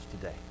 today